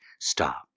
Stop